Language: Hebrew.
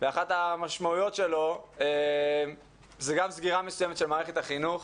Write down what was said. ואחת המשמעויות שלו זה גם סגירה מסוימת של מערכת החינוך,